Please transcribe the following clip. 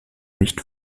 nicht